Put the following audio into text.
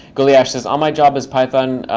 galosh says, on my job is python.